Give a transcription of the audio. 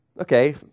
Okay